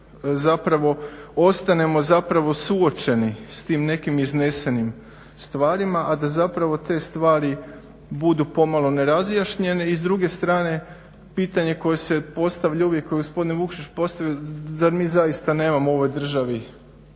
zapravo ostanemo zapravo suočeni s tim nekim iznesenim stvarima, a da zapravo te stvari budu pomalo nerazjašnjene i s druge strane pitanje koje se postavlja uvijek koji je gospodin Vukšić postavio zar mi zaista nemamo u ovoj državi